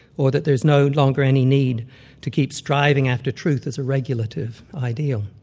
or that there's no longer any need to keep striving after truth as a regulative ideal.